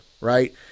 right